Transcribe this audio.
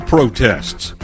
Protests